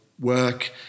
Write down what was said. work